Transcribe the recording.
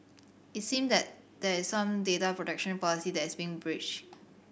it seem that that is some data protection policy that is being breached